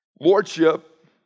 Lordship